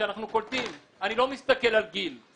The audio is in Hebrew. כשאנחנו קולטים, אני לא מסתכל על גיל אבל